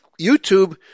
YouTube